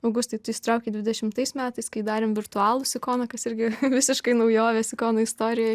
augustai tu įsitraukei dvidešimtais metais kai darėme virtualų sikoną kas irgi visiškai naujovė sikono istorijoj